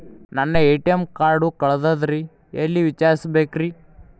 ನನ್ನ ATM card ಕಳದದ್ರಿ ಎಲ್ಲಿ ವಿಚಾರಿಸ್ಬೇಕ್ರಿ?